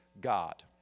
God